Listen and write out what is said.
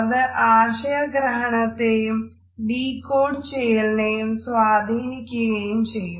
അത് ആശയഗ്രഹണത്തെയും ഡീകോഡ് ചെയ്യലിനെയും സ്വാധീനിക്കുകയും ചെയ്യും